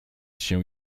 się